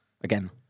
Again